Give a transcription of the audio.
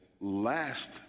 last